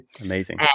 amazing